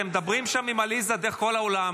אתם מדברים שם עם עליזה דרך כל האולם.